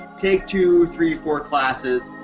take two, three, four classes.